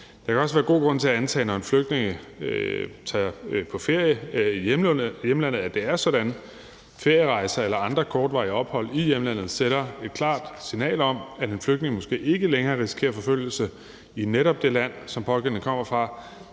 Der kan også være god grund til at antage, at det er sådan, når en flygtning tager på ferie i sit hjemland. Ferierejser eller andre kortvarige ophold i hjemlandet sender et klart signal om, at en flygtning måske ikke længere risikerer forfølgelse i netop det land, som pågældende kommer fra.